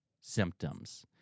symptoms